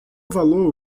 valor